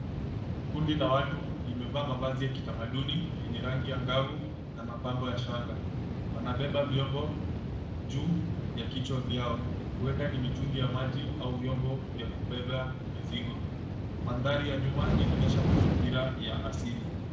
Kundi la watu limevaa mavazi ya kitamaduni yenye rangi ya nguvu na mapambo ya shanga. Wanabeba vyombo juu ya kichwa vyao. Huenda ni mitungi ya maji au vyombo vya kubeba mizigo. Mandhari ya nyuma inaonyesha mazingira ya asili.